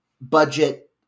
budget